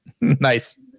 Nice